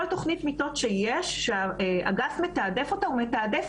כל תוכנית מיטות שהאגף מתעדף - הוא מתעדף